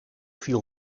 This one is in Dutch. viel